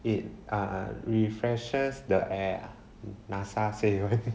it err refreshes the air ah NASA say [one]